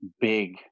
big